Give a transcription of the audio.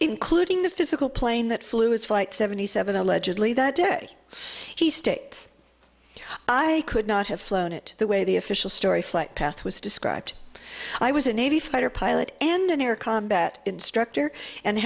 including the physical plane that flew its flight seventy seven allegedly that day he states i could not have flown it the way the official story flight path was described i was a navy fighter pilot and an air combat instructor and